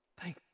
Thank